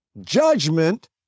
judgment